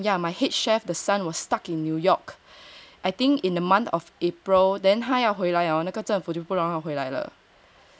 yeah my head chef the son was stuck in New York I think in the month of April then 他要回来哦那个政府就不让他回来了